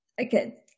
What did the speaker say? okay